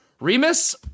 Remus